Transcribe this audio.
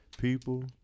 people